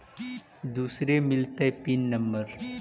दुसरे मिलतै pin number?